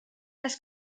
les